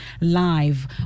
live